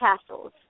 castles